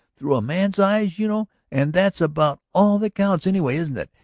through a man's eyes, you know and that's about all that counts anyway, isn't it?